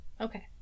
Okay